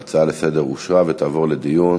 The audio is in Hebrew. ההצעה לסדר אושרה ותעבור לדיון,